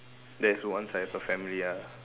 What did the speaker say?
that's once I have a family ah